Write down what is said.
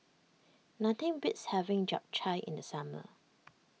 nothing beats having Japchae in the summer